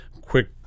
quick